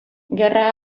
gerra